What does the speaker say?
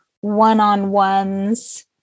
one-on-ones